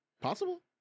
Possible